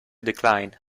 decline